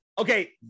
Okay